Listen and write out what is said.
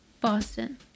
Boston